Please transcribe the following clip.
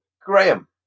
Graham